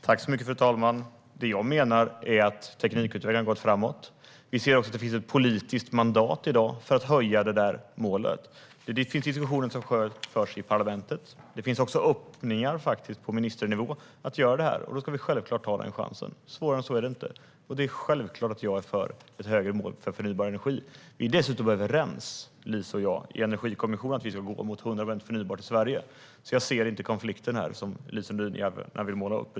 Fru talman! Jag menar att teknikutvecklingen har gått framåt. Det finns i dag ett politiskt mandat för att höja målet. Det finns diskussioner som förs i parlamentet. Det finns också öppningar på ministernivå att göra så. Då ska vi självklart ta chansen. Svårare än så är det inte. Det är självklart att jag är för ett högre mål för förnybar energi. Lise Nordin och jag är överens i Energikommissionen om att Sverige ska gå mot 100 procent förnybart i Sverige. Jag ser inte konflikten som Lise Nordin gärna vill måla upp.